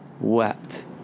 wept